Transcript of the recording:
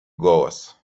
голос